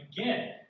Again